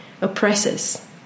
oppresses